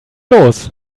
los